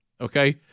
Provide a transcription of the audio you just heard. okay